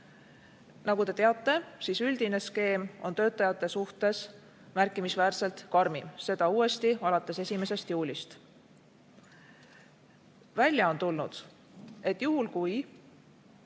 Nagu te teate, üldine skeem on töötajate suhtes märkimisväärselt karmim, seda uuesti alates 1. juulist. Välja on tulnud, et juhul kui